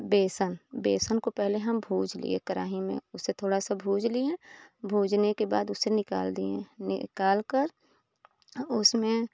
बेसन बेसन को पहले हम भूज लिए कराही में उसे थोड़ा सा भूज लिए भूजने के बाद उसे निकाल दिए निकाल कर उसमें